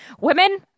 Women